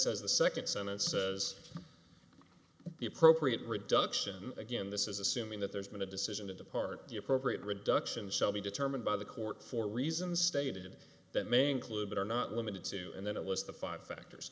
says the second sentence says the appropriate reduction again this is assuming that there's been a decision to depart the appropriate reduction shall be determined by the court for reasons stated that may include but are not limited to and then a list of five factors